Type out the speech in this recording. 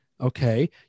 okay